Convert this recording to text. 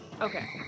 Okay